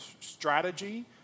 strategy